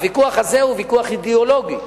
הוויכוח הזה הוא ויכוח אידיאולוגי,